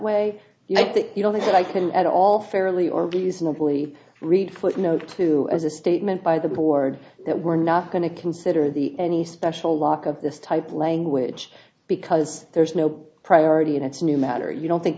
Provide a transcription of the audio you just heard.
that you know this that i can at all fairly or believe read footnote to as a statement by the board that we're not going to consider the any special lock of this type of language because there's no priority and it's a new matter you don't think